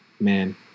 man